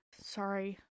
sorry